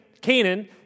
Canaan